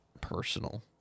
Personal